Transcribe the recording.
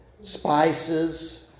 spices